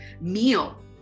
meal